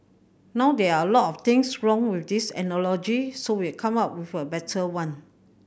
now there are a lot of things wrong with this analogy so we've come up with a better one